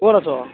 ক'ত আছ